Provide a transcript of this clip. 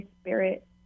spirit